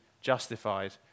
justified